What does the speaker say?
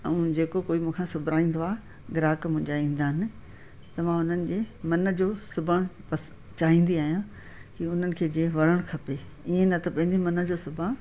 ऐं जेको कोई मूं खां सिहाराईंदो आहे ग्राहक मुंहिंजा ईंदा आहिनि त मां उन्हनि जे मन जो सिबण पस चाहिंदी आहियां की उन्हनि खे जीअं वणण खपे ईअं न त पंहिंजे मन जो सिबा